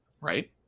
right